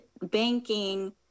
banking